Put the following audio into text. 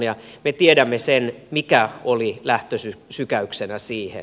me tiedämme sen mikä oli lähtösykäyksenä siihen